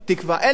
אין להם תקווה,